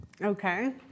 Okay